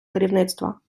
керівництва